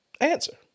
answer